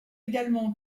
également